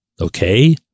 okay